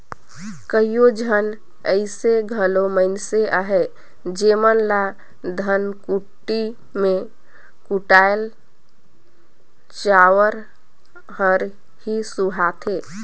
कइयो झन अइसे घलो मइनसे अहें जेमन ल धनकुट्टी में कुटाल चाँउर हर ही सुहाथे